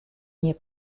nie